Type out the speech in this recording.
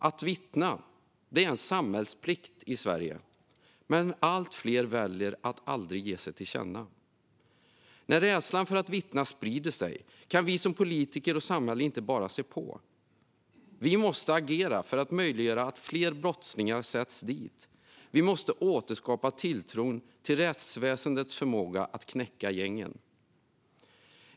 Att vittna är en samhällsplikt i Sverige, men allt fler väljer att aldrig ge sig till känna. När rädslan för att vittna sprider sig kan vi som politiker och vi som samhälle inte bara se på. Vi måste agera för att möjliggöra att fler brottslingar sätts dit. Vi måste återskapa tilltron till rättsväsendets förmåga att knäcka gängen.